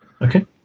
Okay